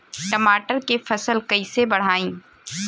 टमाटर के फ़सल कैसे बढ़ाई?